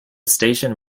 station